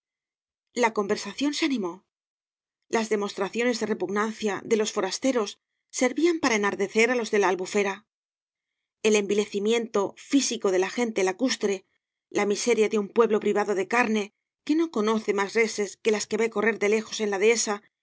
la conversación se animó las demostraciones de repugnancia de los forasteros servían para enardecer á los de la albufera el envilecimiento físico de la gente lacustre la miseria de un pueblo privado de carne que no conoce más reses que las que ve correr de lejos en la dehesa